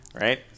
right